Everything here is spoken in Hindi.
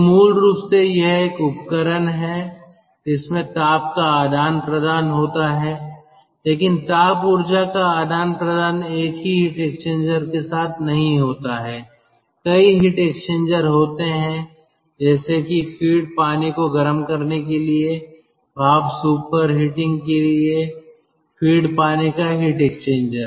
तो मूल रूप से यह एक उपकरण है जिसमें ताप का आदान प्रदान होता है लेकिन ताप ऊर्जा का आदान प्रदान एक ही हीट एक्सचेंजर के साथ नहीं होता है कई हीट एक्सचेंजर होते हैं जैसे कि फीड पानी को गर्म करने के लिएभाप सुपरहीटिंग के लिए फीड पानी का हीट एक्सचेंजर